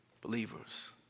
believers